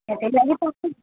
ସେଥିଲାଗି ତ କହୁଛି